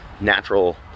natural